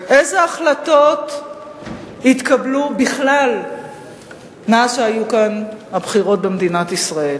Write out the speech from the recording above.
איזה החלטות התקבלו בכלל מאז שהיו כאן הבחירות במדינת ישראל?